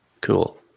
Cool